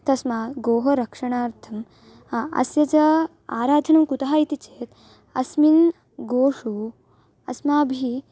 तस्मात् गौः रक्षणार्थम् अस्याः च आराधना कुतः इति चेत् अस्मिन् गौषु अस्माभिः